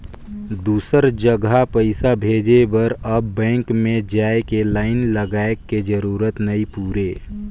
दुसर जघा पइसा भेजे बर अब बेंक में जाए के लाईन लगाए के जरूरत नइ पुरे